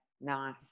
nice